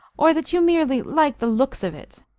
or that you merely like the looks of it?